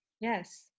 Yes